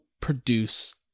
produce